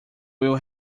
will